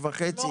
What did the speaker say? הנה